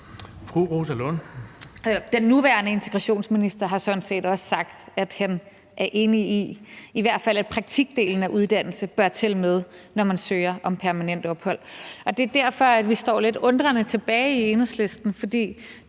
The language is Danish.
Den nuværende integrationsminister har sådan set også sagt, at han er enig i, at i hvert fald praktikdelen af uddannelse bør tælle med det, når man søger om permanent ophold. Det er derfor, vi står lidt undrende tilbage i Enhedslisten, for